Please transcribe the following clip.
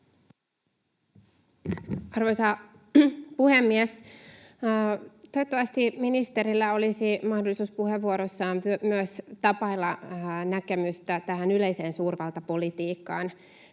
Arvoisa puhemies! Toivottavasti ministerillä olisi mahdollisuus puheenvuorossaan myös tapailla näkemystä yleiseen suurvaltapolitiikkaan,